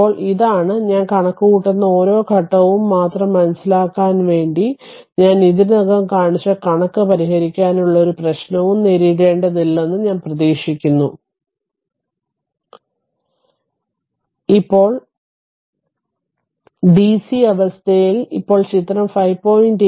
ഇപ്പോൾ ഇതാണ് ഞാൻ കണക്കുകൂട്ടുന്ന ഓരോ ഘട്ടവും മാത്രം മനസ്സിലാക്കാൻ വേണ്ടി ഞാൻ ഇതിനകം കാണിച്ച കണക്ക് പരിഹരിക്കാനുള്ള ഒരു പ്രശ്നവും നേരിടേണ്ടതില്ലെന്ന് ഞാൻ പ്രതീക്ഷിക്കുന്നു ഇപ്പോൾ ഡിസി അവസ്ഥയിൽ ഇപ്പോൾ ചിത്രം 5